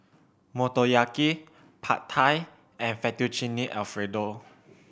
Motoyaki Pad Thai and Fettuccine Alfredo